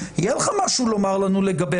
יהיה לך משהו לומר לנו לגבי,